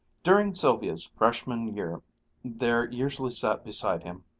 during sylvia's freshman year there usually sat beside him,